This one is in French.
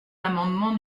l’amendement